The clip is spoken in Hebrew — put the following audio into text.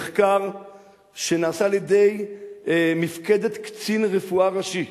מחקר שנעשה על-ידי מפקדת קצין רפואה ראשי,